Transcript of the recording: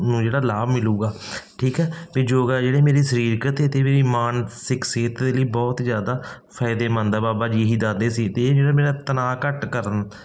ਨੂੰ ਜਿਹੜਾ ਲਾਭ ਮਿਲੂਗਾ ਠੀਕ ਹੈ ਅਤੇ ਯੋਗਾ ਜਿਹੜੇ ਮੇਰੇ ਸਰੀਰਕ ਅਤੇ ਅਤੇ ਮੇਰੀ ਮਾਨਸਿਕ ਸਿਹਤ ਦੇ ਲਈ ਬਹੁਤ ਜ਼ਿਆਦਾ ਫਾਇਦੇਮੰਦ ਆ ਬਾਬਾ ਜੀ ਇਹੀ ਦੱਸਦੇ ਸੀ ਅਤੇ ਇਹ ਜਿਹੜਾ ਮੇਰਾ ਤਨਾਅ ਘੱਟ ਕਰਨਾ